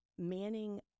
Manning